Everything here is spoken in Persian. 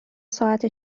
ساعت